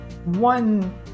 One